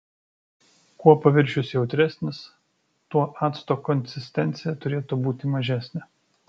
kuo paviršius jautresnis tuo acto konsistencija turėtų būti mažesnė